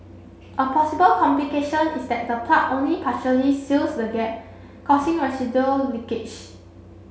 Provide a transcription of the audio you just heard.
a possible complication is that the plug only partially seals the gap causing residual leakage